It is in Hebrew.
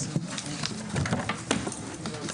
הישיבה ננעלה בשעה 11:52.